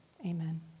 Amen